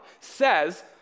says